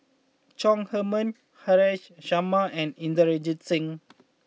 Chong Heman Haresh Sharma and Inderjit Singh